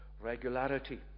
regularity